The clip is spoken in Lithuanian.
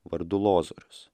vardu lozorius